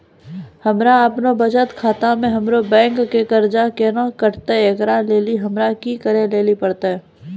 हमरा आपनौ बचत खाता से हमरौ बैंक के कर्जा केना कटतै ऐकरा लेली हमरा कि करै लेली परतै?